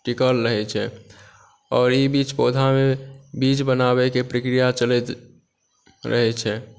टिकल रहै छै आओर ई बीच पौधामे बीज बनाबैके प्रक्रिया चलैत रहै छै